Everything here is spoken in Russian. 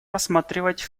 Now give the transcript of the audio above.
рассматривать